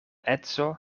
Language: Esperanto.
edzo